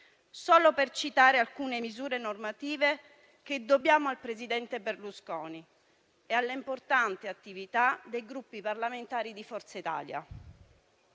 (solo per citare alcune misure normative che dobbiamo al presidente Berlusconi) e all'importante attività dei Gruppi parlamentari di Forza Italia,